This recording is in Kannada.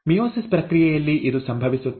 ಮಿಯೋಸಿಸ್ ಪ್ರಕ್ರಿಯೆಯಲ್ಲಿ ಇದು ಸಂಭವಿಸುತ್ತದೆ